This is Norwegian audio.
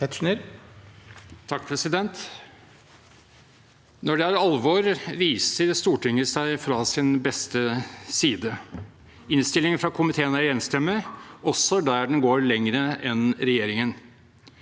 (H) Når det er al- vor, viser Stortinget seg fra sin beste side. Innstillingen fra komiteen er enstemmig, også der den går lenger enn regjeringen,